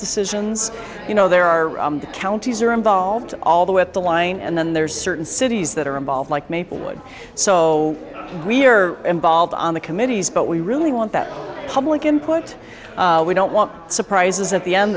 decisions you know there are the counties are involved all the way at the line and then there's certain cities that are involved like maplewood so we're involved on the committees but we really want that public input we don't want surprises at the end